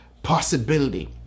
possibility